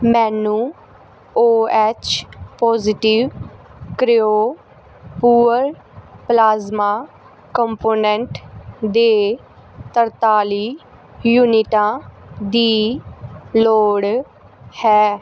ਮੈਨੂੰ O H positive cryo poor plasma component ਦੇ ਤਰਤਾਲੀ ਯੂਨਿਟਾਂ ਦੀ ਲੋੜ ਹੈ